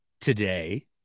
today